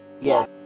Yes